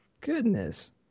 Goodness